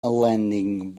lending